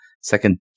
second